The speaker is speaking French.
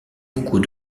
beaucoup